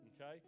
Okay